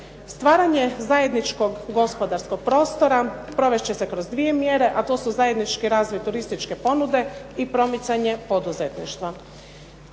Stvaranje zajedničkog gospodarskog prostora provest će se kroz dvije mjere a to su zajednički razvoj turističke ponude i promicanje poduzetništva.